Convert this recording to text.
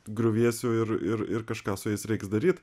griuvėsių ir ir ir kažką su jais reiks daryt